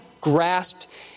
grasped